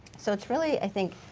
so it's really, i think,